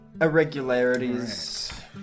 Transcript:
irregularities